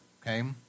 okay